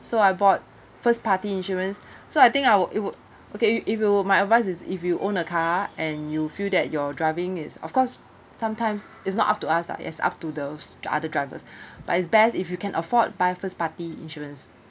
so I bought first party insurance so I think I would it would okay if if you my advise is if you own a car and you feel that you're driving is of course sometimes is not up to us lah is up to those to other drivers but it's best if you can afford buy first party insurance